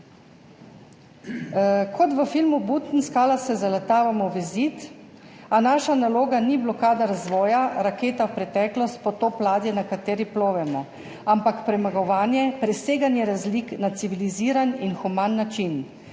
Kot v filmu Butnskala se zaletavamo v zid, a naša naloga ni blokada razvoja, raketa v preteklost, potop ladje, na kateri plovemo, ampak premagovanje, preseganje razlik na civiliziran in human način,